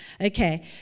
Okay